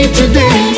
today